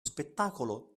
spettacolo